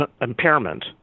impairment